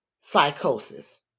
psychosis